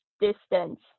distance